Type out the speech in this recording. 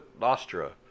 Nostra